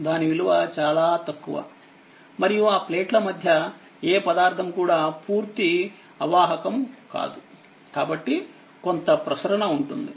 దాని విలువ చాలా తక్కువ మరియు ఆ ప్లేట్ల మధ్య ఏ పదార్ధం కూడా పూర్తి అవాహకం కాదు కాబట్టి కొంత ప్రసరణ ఉంటుంది